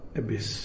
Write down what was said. abyss